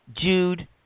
Jude